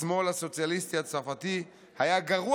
השמאל הסוציאליסטי הצרפתי היה גרוע